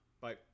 bye